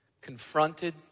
confronted